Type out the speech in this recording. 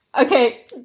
Okay